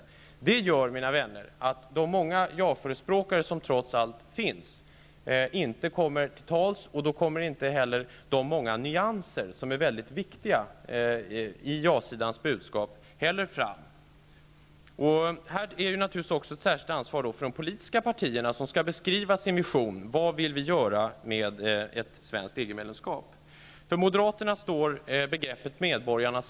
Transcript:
Det gör, mina vänner, att de många ja-förespråkare, som trots allt finns, inte kommer till tals, och i och med det kommer inte heller många av de nyanser, som är väldigt viktiga i ja-sidans budskap, fram. Detta innebär ett särskilt ansvar för de politiska partierna som skall beskriva sin vision: vad vi vill göra med ett svenskt EG-medlemsskap. Medborgarnas Europa står i centrum för moderaterna.